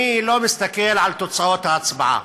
אני לא מסתכל על תוצאות ההצבעה.